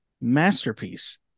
masterpiece